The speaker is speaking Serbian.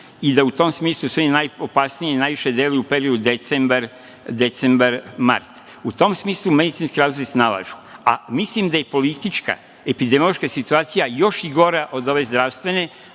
i da u tom smislu su oni najopasniji i najviše deluju u periodu decembar–mart. U tom smislu medicinski razlozi… (ne razume se), a mislim da je politička epidemiološka situacija još i gora od ove zdravstvene,